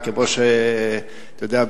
אתה יודע,